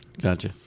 Gotcha